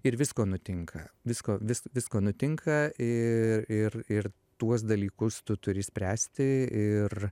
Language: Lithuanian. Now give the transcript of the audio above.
ir visko nutinka visko vis visko nutinka ir ir ir tuos dalykus tu turi spręsti ir